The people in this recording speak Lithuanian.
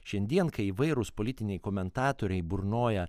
šiandien kai įvairūs politiniai komentatoriai burnoja